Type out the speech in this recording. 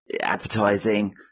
advertising